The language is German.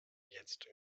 jetzt